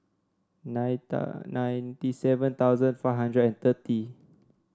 nine ninety seven thousand five hundred and thirty